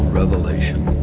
revelation